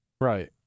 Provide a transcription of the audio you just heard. right